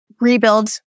rebuild